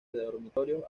dormitorios